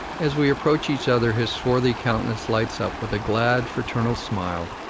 as we approach each other his swarthy countenance lights up with a glad, fraternal smile,